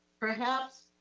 perhaps,